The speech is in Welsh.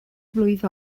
mlwydd